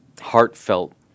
heartfelt